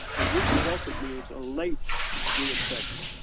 and recrudescent means a late reinfection.